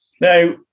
Now